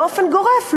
באופן גורף,